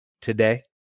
today